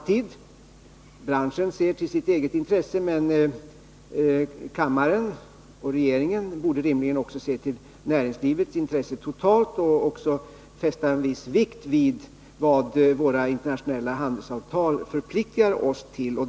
Branschorganisationer ser till sitt eget 15 intresse, men riksdagen och regeringen borde också se till näringslivets intressen totalt och fästa en viss vikt vid vad våra internationella handelsavtal förpliktigar oss till.